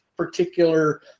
particular